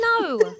No